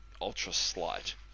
ultra-slight